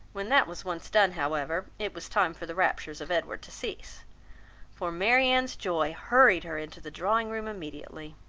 when that was once done, however, it was time for the raptures of edward to cease for marianne's joy hurried her into the drawing-room immediately.